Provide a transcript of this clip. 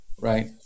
Right